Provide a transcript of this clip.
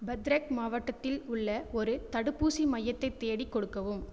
பத்ரக் மாவட்டத்தில் உள்ள ஒரு தடுப்பூசி மையத்தை தேடிக் கொடுக்கவும்